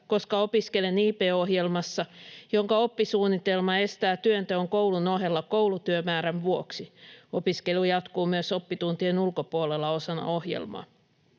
koska opiskelen IB -ohjelmassa, jonka oppisuunnitelma estää työnteon koulun ohella koulutyömäärän vuoksi: opiskelu jatkuu myös oppituntien ulkopuolella osana ohjelmaa.